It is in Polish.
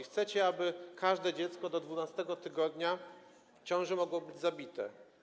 Chcecie, aby każde dziecko do 12. tygodnia ciąży mogło być zabite.